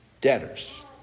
debtors